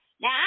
Now